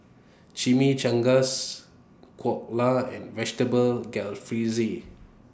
Chimichangas Dhokla and Vegetable Jalfrezi